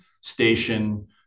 station